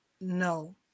No